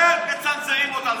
גם בזה מצנזרים אותנו.